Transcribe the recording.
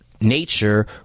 nature